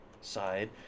side